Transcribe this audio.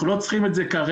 אנחנו לא צריכים את זה כרגע.